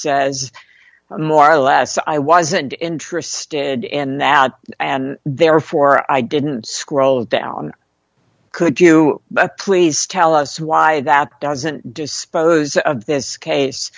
says more or less i wasn't interested in out and therefore i didn't scroll down could you please tell us why that doesn't dispose of this case